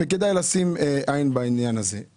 כדי לשים עין בעניין הזה.